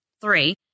three